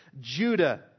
Judah